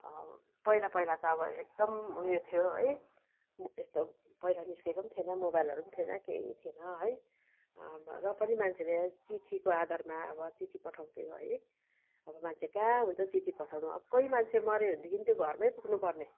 पहिला पहिला त अब एकदम उयो थियो है उ यस्तो पहिला निस्केको पनि थिएन मोबाइलहरू पनि थिएन केही थिएन है र पनि मान्छेले चिट्ठीको आधारमा अब चिट्ठी पठाउँथे है अब मान्छे कहाँ हुन्छ चिट्ठी पठाउन अब कोही मान्छे मर्यो भनेदेखि त्यही घरमै पुग्नुपर्ने